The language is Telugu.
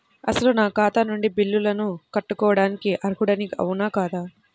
అసలు నా ఖాతా నుండి బిల్లులను కట్టుకోవటానికి అర్హుడని అవునా కాదా?